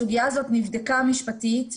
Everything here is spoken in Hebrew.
הסוגיה הזו נבדקה משפטית,